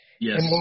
Yes